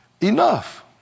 enough